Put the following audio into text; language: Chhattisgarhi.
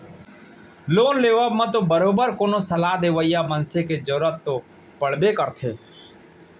लोन लेवब म तो बरोबर कोनो सलाह देवइया मनसे के जरुरत तो पड़बे करथे